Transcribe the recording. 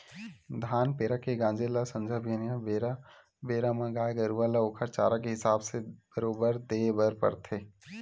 धान पेरा के गांजे ल संझा बिहनियां बेरा बेरा म गाय गरुवा ल ओखर चारा के हिसाब ले बरोबर देय बर परथे